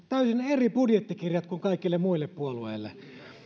täysin eri budjettikirjat kuin kaikille muille puolueille